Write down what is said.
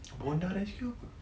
bondi rescue apa